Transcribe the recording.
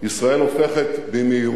ישראל הופכת במהירות